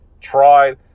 tried